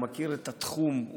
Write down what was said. מכיר את התחום,